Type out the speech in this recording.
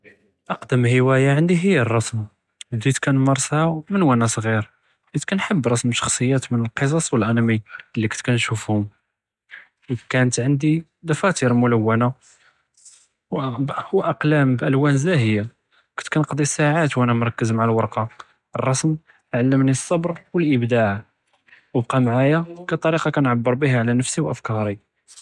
אקדמ הוואיה עדי היא ארסם בדית כִּנמראסהא מן ואנא סג'יר חית כנחב רסם שחשיאת מן קִצצ ואנִמי לי כנת כנשופהם, וכאנת ענדִי דפאתר מלונָה ואקלם בּאלואן זאהיה, כנת כנקצ'י סאעאת ואנא מרכּז מע אלוורקה, ארסם עלמני א־סבר ואִבּדע ובקּא מעיא כטריקה כנעבּר ביהא עלא נפסי ואפכארי.